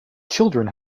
children